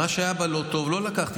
מה שהיה בה לא טוב, לא לקחתי.